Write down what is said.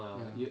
ya